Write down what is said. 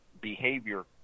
behavior